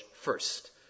first